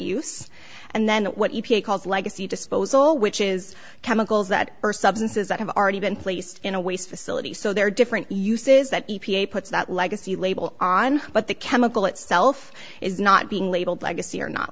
use and then what you pay called legacy disposal which is chemicals that are substances that have already been placed in a waste facility so there are different uses that e p a puts that legacy label on but the chemical itself is not being labeled legacy or not